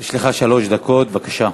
יש לך שלוש דקות, בבקשה.